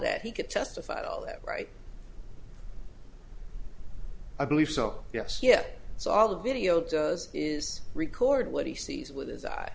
that he could justify all that right i believe so yes yes so all the video does is record what he sees with his eyes